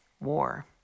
war